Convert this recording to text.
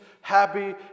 happy